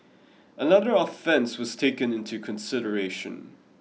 another offence was taken into consideration